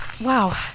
Wow